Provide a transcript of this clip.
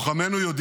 הם לא רוצים להיות